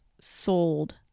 sold